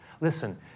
Listen